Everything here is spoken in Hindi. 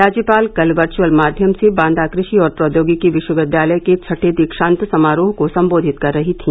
राज्यपाल कल वर्चुअल माध्यम से बांदा कृषि और प्रौद्योगिकी विश्वविद्यालय के छठें दीक्षान्त समारोह को संबोधित कर रही थी